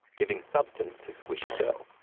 giving substance to squishy dough.